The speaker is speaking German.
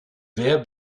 wer